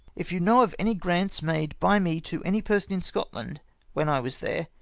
if you know of any grants made by me to any person in scotland when i was there,